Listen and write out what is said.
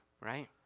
right